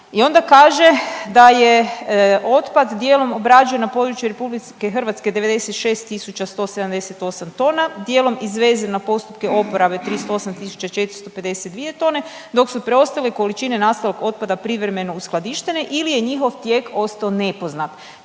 i onda kaže da je otpad dijelom obrađen na području RH 96.178 tona dijelom izvezen na postupke oporabe 38.452 tone dok su preostale količine nastalog otpada privremeno uskladištene ili je njihov tijek ostao nepoznat,